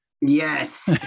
Yes